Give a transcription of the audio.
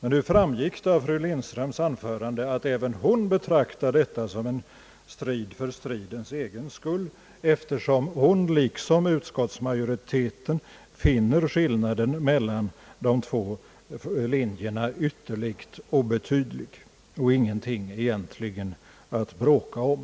Nu framgick det av hennes anförande att även hon betraktar detta som en strid för stridens egen skull, eftersom hon liksom utskottsmajoriteten finner skillnaden mellan de två linjerna ytterligt obetydlig och egentligen ingenting att bråka om.